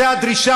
זו הדרישה